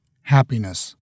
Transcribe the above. happiness